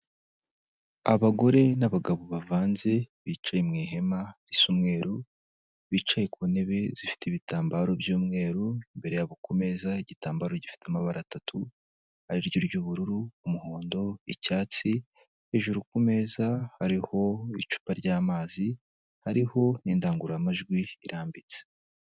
Abagore n'abagabo bavanze bicaye mu ihema risa umweru, bicaye ku ntebe zifite ibitambaro by'umweru, imbere yabo ku meza igitambaro gifite amabara atatu : ariryo ry'ubururu, umuhondo, icyatsi, hejuru ku meza hariho icupa ry'amazi, hariho n'indangururamajwi irambitse.